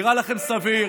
נראה לכם סביר,